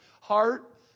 heart